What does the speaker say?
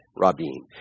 Rabin